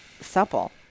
supple